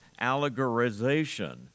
allegorization